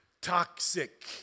toxic